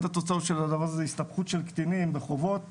התוצאות של הדבר הזה הוא הסתבכות של קטינים בחובות,